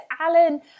Alan